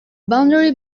boundary